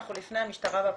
אנחנו לפני המשטרה והפרקליטות.